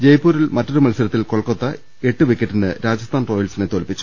ജയ്പൂരിൽ മറ്റൊരു മത്സരത്തിൽ കൊൽക്കത്ത എട്ട് വിക്കറ്റിന് രാജസ്ഥാൻ റോയൽസിനെ തോൽപിച്ചു